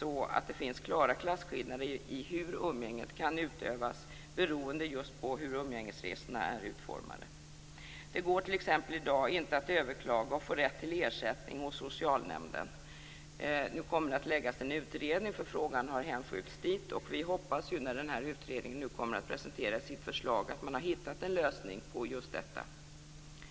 det faktiskt klara klasskillnader när det gäller hur umgänget kan utövas beroende just på hur umgängesresorna är utformade. Det går t.ex. i dag inte att överklaga och få rätt till ersättning hos socialnämnden. Nu har frågan hänskjutits till en utredning, och vi hoppas att utredningen, när den kommer att presentera sitt förslag, har hittat en lösning på just detta problem.